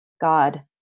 God